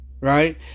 right